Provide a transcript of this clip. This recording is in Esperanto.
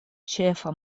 ĉefa